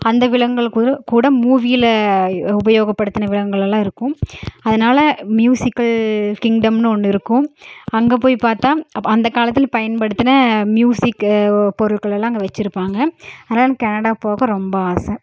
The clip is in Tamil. அந்த விலங்குகள் கூட கூட மூவியில உபயோகப்படுத்தின விலங்குகள் எல்லாம் இருக்கும் அதனாலே மியூசிக்கல் கிங்டம்னு ஒன்று இருக்கும் அங்கே போய் பார்த்தா அப்போ அந்த காலத்தில் பயன்படுத்தின மியூசிக்கு பொருட்களெல்லாம் அங்கே வைச்சிருப்பாங்க அதனால் கெனடா போக ரொம்ப ஆசை